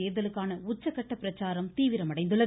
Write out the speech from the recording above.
தேர்தலுக்கான உச்சகட்ட பிரச்சாரம் தீவிரமடைந்துள்ளது